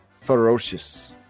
Ferocious